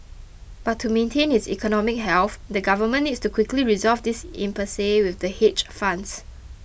but to maintain its economic health the government needs to quickly resolve this impasse with the hedge funds